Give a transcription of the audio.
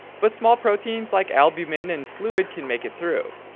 but small proteins like albumin and fluid can make it through.